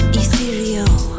ethereal